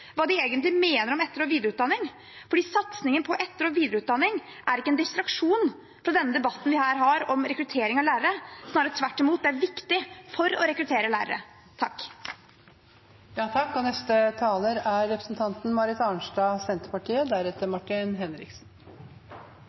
hva de egentlig mener om etter- og videreutdanning, for satsingen på etter- og videreutdanning er ikke en distraksjon fra den debatten vi her har om rekruttering av lærere – snarere tvert imot: Det er viktig for å rekruttere lærere.